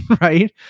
right